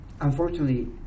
Unfortunately